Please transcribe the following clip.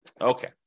Okay